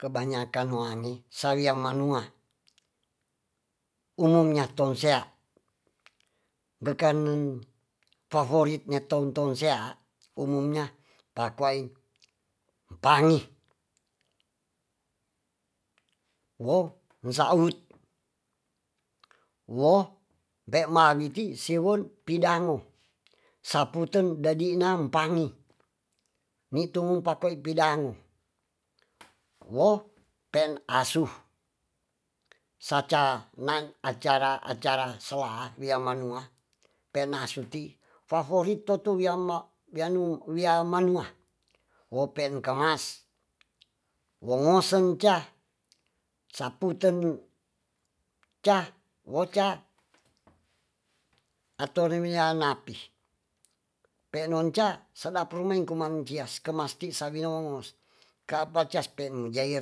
Kebanyakan wange sawiha manua ununya sonsea bekanen paforitnya ton-tong sea umumnya pakoait pangi ensaut bewamiti siwon pidango saputen dadina empangi nitumumpa koi pedang wope asu saca an acara-acara sela wimanua penasutu faforitotuyama bianu wimalua wopen kamas wongosenca saputenca woca ato mereneapi menonca sedap rumengtias kemasti sawiwonongos kapecas pepmujair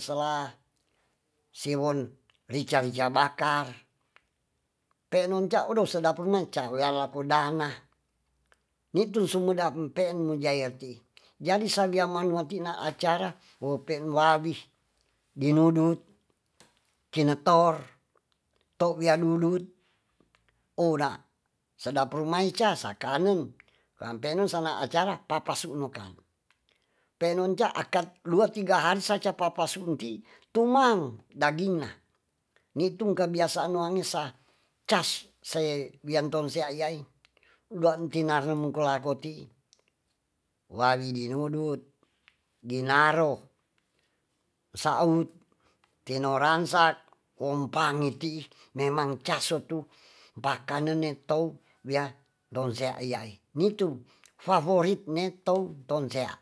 sela siwon rica-rica bakar penonca odo sedap rumenca lawakudanga nutusumeda mpenumujairti jadi sabia manua tina acara wopewami dinudut kinetor towiadudut oda sedaprumaica sakangen apennu sana acara papsunokang penoja akat dua tiga hari saja papa sunti tumang dagingna nutu kebiasaanungesa case wiantosea iyai luatina remeng kloaoti wadibinudut dinaro saut tinoransak wopangeti memang casutut bakanenetou wia donseaiyai nitu faforitne ton tongsea.